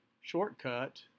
shortcut